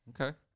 Okay